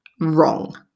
Wrong